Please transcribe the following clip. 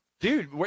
dude